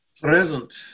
Present